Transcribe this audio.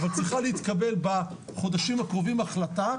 אבל צריכה להתקבל בחודשים הקרובים החלטה,